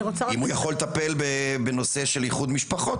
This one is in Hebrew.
אם הוא יכול לטפל בנושא של איחוד משפחות,